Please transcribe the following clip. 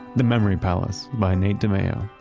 the memory palace by nate dimeo.